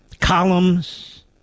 columns